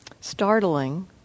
startling